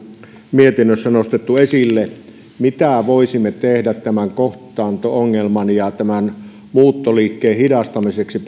mietinnössä nostettu esille mitä voisimme tehdä tälle kohtaanto ongelmalle ja tämän pääkaupunkiseudulle suuntautuvan muuttoliikkeen hidastamiseksi